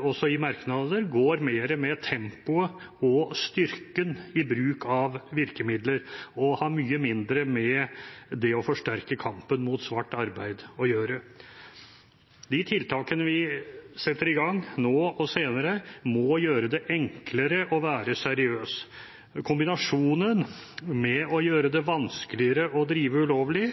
også i merknadene, går mer på tempoet og styrken i bruk av virkemidler og har mye mindre å gjøre med det å forsterke kampen mot svart arbeid. De tiltakene vi setter i gang nå og senere, må gjøre det enklere å være seriøs. Kombinasjonen med å gjøre det vanskeligere å drive ulovlig